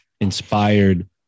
inspired